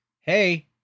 Hey